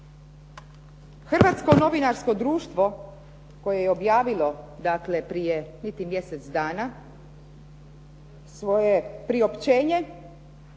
Hrvatsko novinarsko društvo koje je objavilo dakle prije niti mjesec dana svoje priopćene,